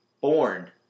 born